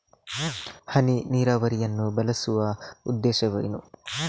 ಹನಿ ನೀರಾವರಿಯನ್ನು ಬಳಸುವ ಉದ್ದೇಶವೇನು?